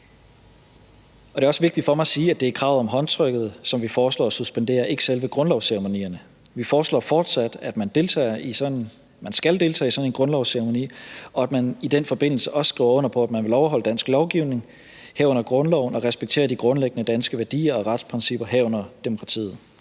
Det er også vigtigt for mig at sige, at det er kravet om håndtrykket, vi foreslår suspenderet, ikke selve grundlovsceremonierne. Vi foreslår fortsat, at man skal deltage i sådan en grundlovsceremoni, og at man i den forbindelse også skriver under på, at man vil overholde dansk lovgivning, herunder grundloven, og respektere de grundlæggende danske værdier og retsprincipper, herunder demokratiet.